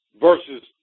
versus